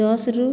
ଦଶରୁ